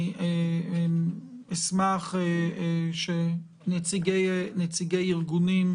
אני אשמח שנציגי ארגונים,